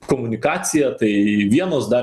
komunikacija tai vienos dar